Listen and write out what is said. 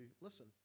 listen